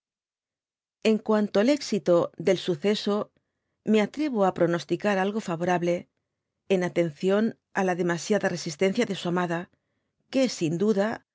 en cuanto al extto del suceso me atrevo á pronosticar algo favorable en atención á la demasiada resistencia de su amada que sin duda